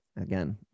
again